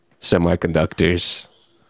semiconductors